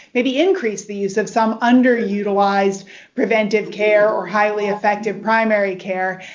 maybe increase the use of some underutilized preventive care or highly effective primary care,